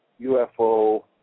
UFO